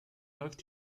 läuft